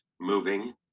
moving